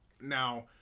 Now